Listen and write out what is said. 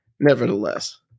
nevertheless